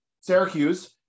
Syracuse